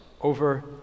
over